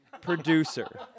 producer